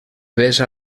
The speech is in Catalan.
besa